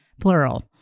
plural